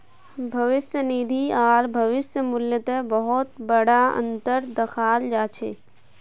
भविष्य निधि आर भविष्य मूल्यत बहुत बडा अनतर दखाल जा छ